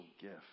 gift